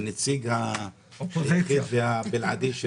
כנציג הבלעדי של